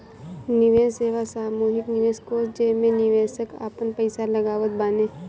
निवेश सेवा सामूहिक निवेश कोष जेमे निवेशक आपन पईसा लगावत बाने